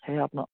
সেই আপোনাক